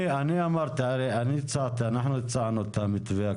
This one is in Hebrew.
אנחנו הצענו את המתווה הקודם.